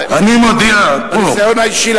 מהניסיון האישי,